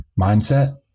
mindset